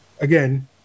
again